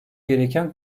gereken